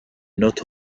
notes